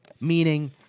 meaning